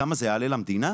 כמה זה יעלה למדינה?